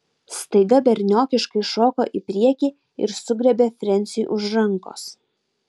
staiga berniokiškai šoko į priekį ir sugriebė frensiui už rankos